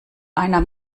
einer